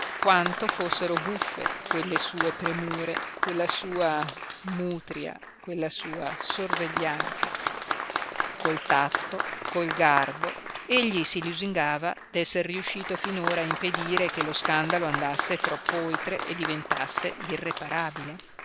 quanto fossero buffe quelle sue premure quella sua mutria quella sua sorveglianza col tatto col garbo egli si lusingava d'esser riuscito finora a impedire che lo scandalo andasse tropp'oltre e diventasse irreparabile